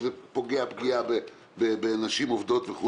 שזה פוגע פגיעה בנשים עובדות.